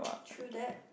true that